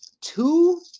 two